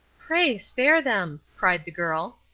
pray spare them, cried the girl.